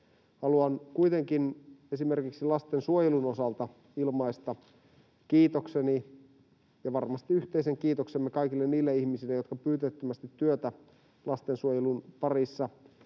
Haluan kuitenkin esimerkiksi lastensuojelun osalta ilmaista kiitokseni, ja varmasti yhteisen kiitoksemme, kaikille niille ihmisille, jotka pyyteettömästi työtä lastensuojelun parissa